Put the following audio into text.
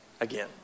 again